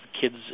Kids